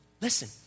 Listen